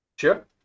Sure